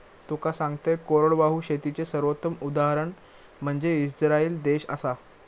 तुका सांगतंय, कोरडवाहू शेतीचे सर्वोत्तम उदाहरण म्हनजे इस्राईल देश आसा